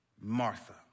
martha